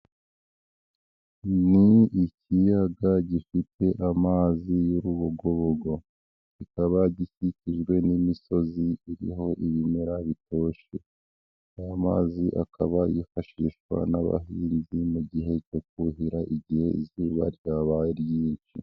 Ni ikiyaga gifite amazi y'urubogobogo. Kikaba gikikijwe n'imisozi iriho ibimera bitoshye, n'amazi akaba yifashishwa n'abahinzi mu gihe cyo kuhira igihe izuba ryabaye ryinshi.